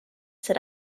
said